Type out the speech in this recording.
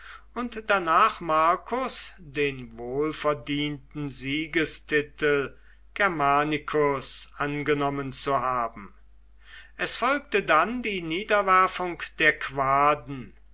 und danach marcus den wohlverdienten siegestitel germanicus angenommen zu haben es folgte dann die niederwerfung der